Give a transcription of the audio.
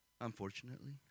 Unfortunately